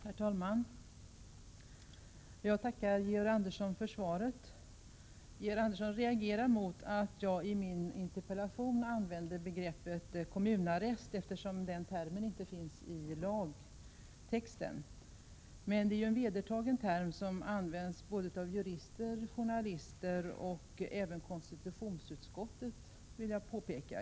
Herr talman! Jag tackar Georg Andersson för svaret. Georg Andersson reagerar mot att jag i min interpellation använt begreppet kommunarrest, eftersom termen inte finns i lagtexten. Men det är en vedertagen term som används av bl.a. jurister och journalister — och även av konstitutionsutskottet, vill jag påpeka.